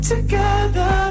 Together